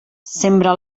sembra